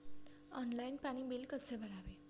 Online पाणी bill कसे भरावे?